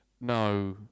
No